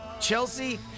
Chelsea